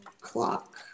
clock